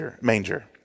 manger